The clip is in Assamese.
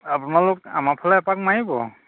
আপোনালোক আমাৰ ফালে এপাক মাৰিব